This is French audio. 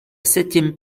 septième